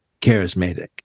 charismatic